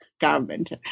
Government